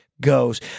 goes